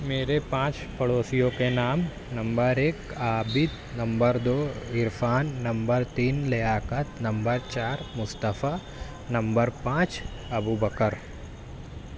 میرے پانچ پڑوسیوں کے نام نمبر ایک عابد نمبر دو عرفان نمبر تین لیاقت نمبر چار مصطفیٰ نمبر پانچ ابو بکر